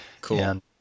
cool